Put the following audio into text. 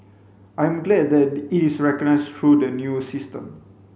I am glad that it is recognised through the new system